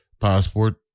Passport